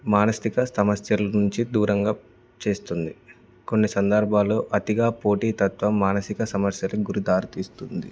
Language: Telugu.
మానసిక సమస్యల నుంచి దూరంగా చేస్తుంది కొన్ని సందర్భాాలు అతిగా పోటీ తత్వ మానసిక సమస్యలకు కూడా దారితీస్తుంది